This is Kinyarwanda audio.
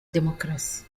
demokarasi